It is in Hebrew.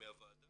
מהוועדה